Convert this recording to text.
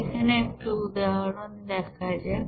এখানে একটা উদাহরণ দেখা যাক